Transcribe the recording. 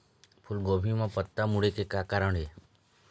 फूलगोभी म पत्ता मुड़े के का कारण ये?